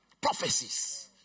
prophecies